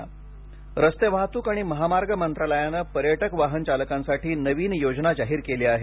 प्रवासी धोरण रस्ते वाहतूक आणि महामार्ग मंत्रालयाने पर्यटक वाहन चालकांसाठी नवीन योजना जाहीर केली आहे